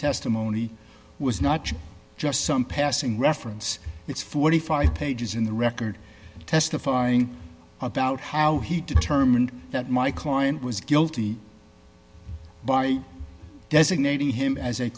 testimony was not just some passing reference it's forty five pages in the record testifying about how he determined that my client was guilty by designating him as a